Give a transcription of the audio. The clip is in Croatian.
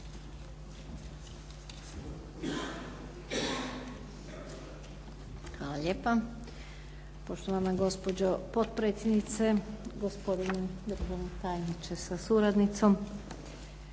Hvala lijepa, poštovana gospođo potpredsjednice. Gospodine državni tajniče sa suradnicom.